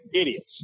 idiots